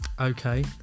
Okay